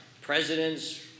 presidents